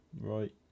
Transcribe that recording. Right